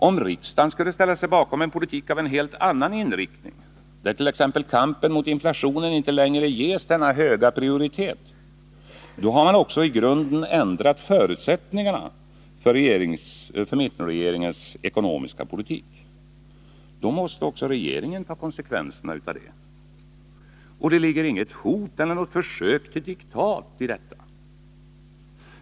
Om riksdagen skulle ställa sig bakom en politik av helt annan inriktning, där t.ex. kampen mot inflationen inte längre ges denna höga prioritet, då har man också i grunden ändrat förutsättningarna för mittenregeringens ekonomiska politik. Då måste också regeringen ta konsekvenserna av det. Det ligger inget hot eller försök till diktat i detta.